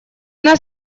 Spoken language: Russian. нас